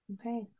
Okay